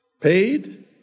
paid